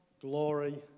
glory